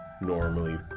normally